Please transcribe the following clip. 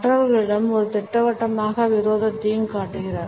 மற்றவர்களிடம் ஒரு திட்டவட்டமான விரோதத்தையும் காட்டுகிறார்